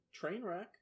Trainwreck